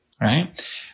right